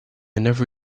never